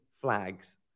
flags